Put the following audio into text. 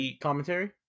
Commentary